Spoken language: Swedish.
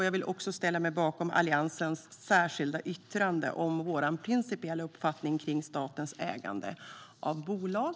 Jag vill också ställa mig bakom Alliansens särskilda yttrande om vår principiella uppfattning om statens ägande av bolag.